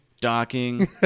Docking